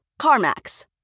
CarMax